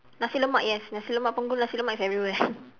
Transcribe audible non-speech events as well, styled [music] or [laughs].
nasi lemak yes nasi lemak punggol nasi lemak is everywhere [laughs]